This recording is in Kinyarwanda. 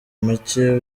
make